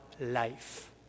life